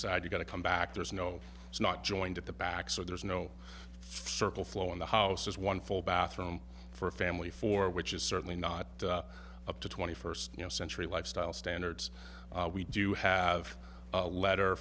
side you got to come back there's no it's not joined at the back so there's no circle flow in the house is one full bathroom for a family of four which is certainly not up to twenty first century lifestyle standards we do have a letter